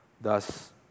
Thus